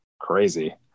crazy